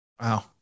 Wow